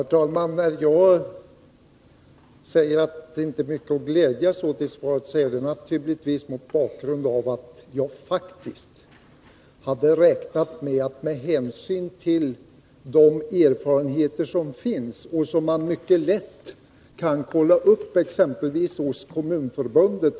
Herr talman! När jag sade att det inte var mycket att glädja sig åt i svaret var det naturligtvis mot bakgrund av att jag faktiskt hade räknat med att något skulle göras tidigare. Vi har ju redan nu erfarenheter som man mycket lätt kan kolla upp exempelvis hos Kommunförbundet.